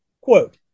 Quote